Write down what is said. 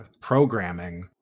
programming